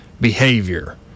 behavior